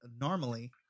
normally